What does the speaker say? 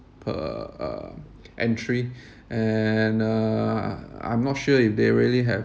per uh entry and uh I'm not sure if they really have